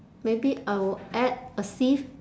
maybe I will add a sieve